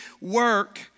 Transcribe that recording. work